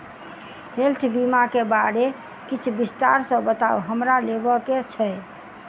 Health बीमा केँ बारे किछ विस्तार सऽ बताउ हमरा लेबऽ केँ छयः?